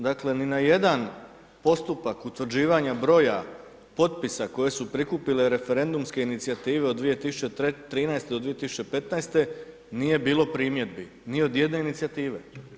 Dakle ni na jedan postupak utvrđivanja broja potpisa koje su prikupile referendumske inicijative od 2013. do 2015. nije bilo primjedbi ni od jedne inicijative.